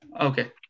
Okay